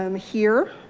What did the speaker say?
um here